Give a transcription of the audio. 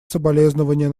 соболезнования